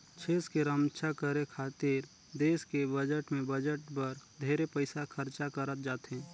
छेस के रम्छा करे खातिर देस के बजट में बजट बर ढेरे पइसा खरचा करत जाथे